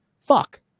fuck